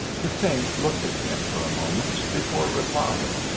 the saint looked at him for a moment before replying.